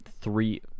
three